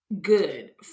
good